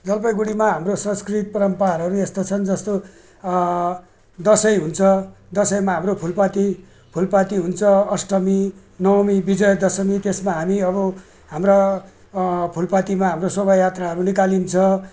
जलपाइगुडीमा हाम्रो संस्कृति परम्पराहरू यस्तो छन् जस्तो दसैँ हुन्छ दसैँमा हाम्रो फुलपाती फुलपाती हुन्छ अष्टमी नवमी विजय दशमी त्यसमा हामी अब हाम्रा फुलपातीमा हाम्रो शोभायात्राहरू निकालिन्छ